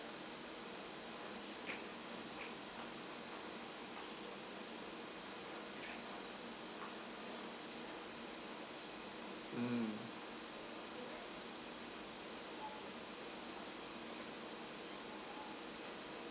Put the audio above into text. mm